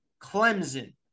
Clemson